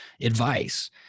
advice